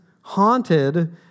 haunted